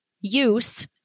use